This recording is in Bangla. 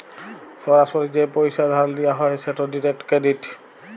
সরাসরি যে পইসা ধার লিয়া হ্যয় সেট ডিরেক্ট ক্রেডিট